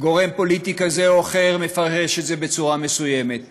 גורם פוליטי כזה או אחר מפרש את זה בצורה מסוימת,